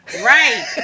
Right